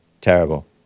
Terrible